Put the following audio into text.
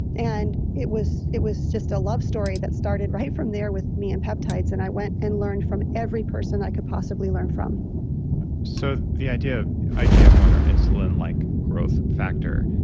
and it was it was just a love story that started right from there with me and peptides and i went and learned from every person i could possibly learn from so the idea of igf one or insulin-like growth factor,